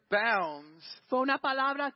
bounds